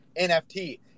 NFT